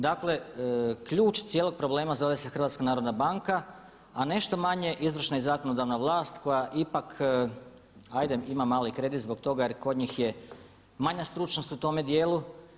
Dakle, ključ cijelog problema zove se HNB, a nešto manje izvršna i zakonodavna vlast koja ipak ajde ima mali kredit zbog toga jer kod njih je manja stručnost u tome dijelu.